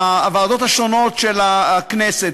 הוועדות השונות של הכנסת,